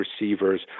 receivers